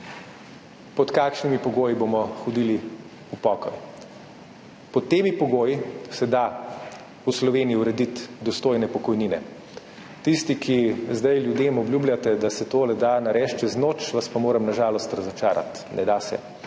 pod kakšnimi pogoji bomo hodili v pokoj. Pod temi pogoji se da v Sloveniji urediti dostojne pokojnine. Tisti, ki zdaj ljudem obljubljate, da se tole da narediti čez noč, vas pa moram na žalost razočarati. Ne da se.